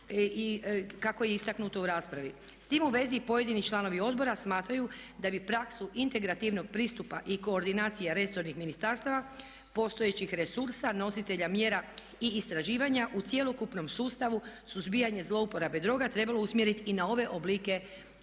S time u vezi i pojedini članovi odbora smatraju da bi praksu integrativnog pristupa i koordinacija resornih ministarstava, postojećih resursa, nositelja mjera i istraživanja u cjelokupnom sustavu suzbijanje zlouporabe droga trebalo usmjeriti i na ove oblike ovisnosti